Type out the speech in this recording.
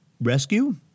rescue